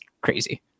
crazy